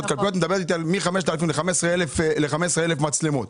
את אומרת שעברו מ-5,000 ל-15,000 מצלמות.